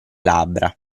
labbra